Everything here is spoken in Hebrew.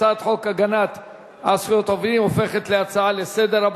הצעת חוק הגנה על זכויות עובדים הופכת להצעה לסדר-היום.